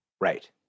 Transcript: Right